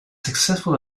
successful